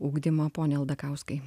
ugdymą pone aldakauskai